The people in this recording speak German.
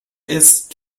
ist